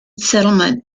settlement